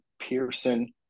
pearson